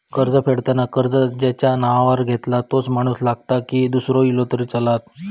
कर्ज फेडताना कर्ज ज्याच्या नावावर घेतला तोच माणूस लागता की दूसरो इलो तरी चलात?